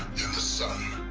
the sun